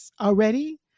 already